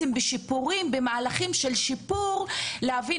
עדיין במהלך של שיפור האפליקציה כדי להבין